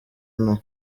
nto